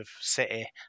City